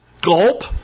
Gulp